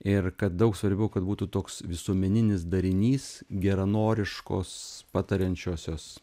ir kad daug svarbiau kad būtų toks visuomeninis darinys geranoriškos patariančiosios